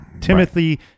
Timothy